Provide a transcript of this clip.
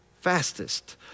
fastest